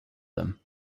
them